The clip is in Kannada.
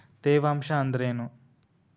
ತೇವಾಂಶ ಅಂದ್ರೇನು?